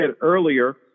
earlier